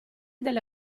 delle